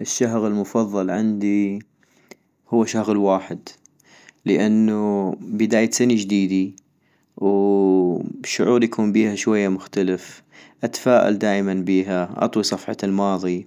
الشهغ المفضل عنديي هو شهغ الواحد - لانو بداية سني جديدي وو الشعور يكون بيها شوية مختلف، اتفائل دائما بيها ، اطوي صفحة الماضي،